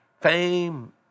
fame